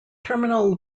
terminal